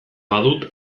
badut